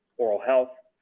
oral health,